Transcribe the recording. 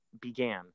began